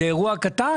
זה אירוע קטן?